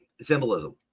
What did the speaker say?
symbolism